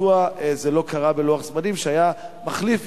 מדוע זה לא קרה בלוח זמנים שהיה מחליף,